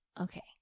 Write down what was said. Okay